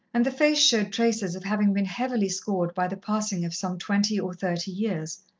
and the face showed traces of having been heavily scored by the passing of some twenty or thirty years,